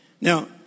now